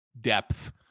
depth